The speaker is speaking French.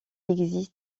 existe